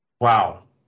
Wow